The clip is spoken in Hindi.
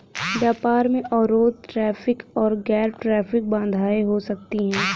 व्यापार में अवरोध टैरिफ और गैर टैरिफ बाधाएं हो सकती हैं